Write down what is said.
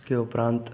उसके उपरांत